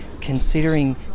considering